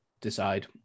decide